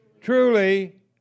truly